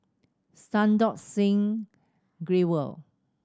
Santokh Singh Grewal